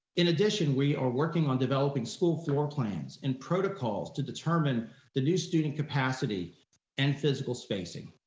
in addition, we are working on developing school floor plans and protocols to determine the new student capacity and physical spacing.